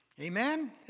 Amen